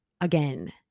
again